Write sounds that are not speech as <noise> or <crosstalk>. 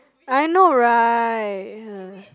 I know right <breath>